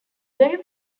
very